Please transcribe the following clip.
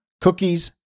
cookies